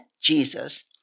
Jesus